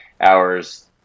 hours